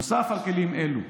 נוסף על כלים אלו,